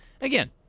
again